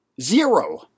Zero